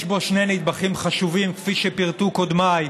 יש בו שני נדבכים חשובים, כפי שפירטו קודמיי.